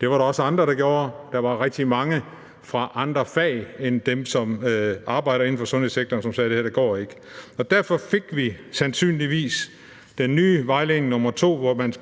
Det var der også andre der gjorde. Der var rigtig mange fra andre fag end dem, som arbejder inden for sundhedssektoren, som sagde: Det her går ikke. Derfor – sandsynligvis – fik vi den nye vejledning nummer 2, hvor man